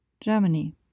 Germany